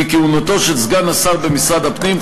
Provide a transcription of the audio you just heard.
כי כהונתו של סגן השר במשרד הפנים,